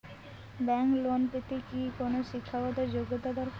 Bank loan পেতে কি কোনো শিক্ষা গত যোগ্য দরকার?